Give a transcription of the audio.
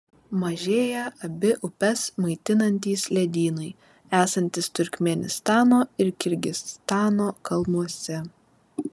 mažėja abi upes maitinantys ledynai esantys turkmėnistano ir kirgizstano kalnuose